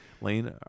Lane